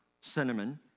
cinnamon